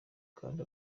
kandi